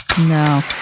No